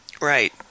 Right